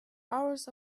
hours